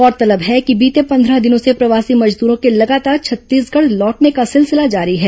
गौरतलब है कि बीते पंद्रह दिनों से प्रवासी मजदूरों के लगातार छ र र ीसगढ़ लौटने का सिलसिला जारी है